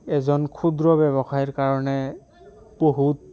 এজন ক্ষুদ্ৰ ব্যৱসায়ৰ কাৰণে বহুত